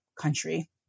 country